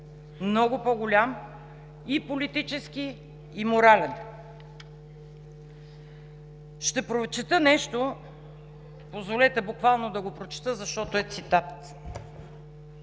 много по-голям – и политически, и морален. Ще прочета нещо, позволете буквално да го прочета, защото е цитат: